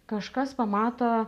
kažkas pamato